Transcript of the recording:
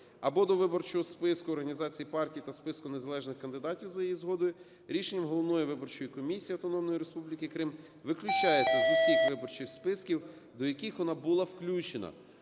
або до виборчого спису організації партії та списку незалежних кандидатів за її згодою, рішенням головної виборчої комісії Автономної Республіки Крим виключається з усіх виборчих списків, до яких вона була включена".